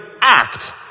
act